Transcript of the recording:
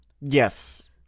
Yes